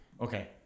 Okay